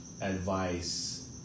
advice